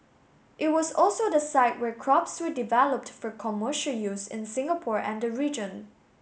it was also the site where crops were developed for commercial use in Singapore and the region